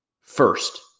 first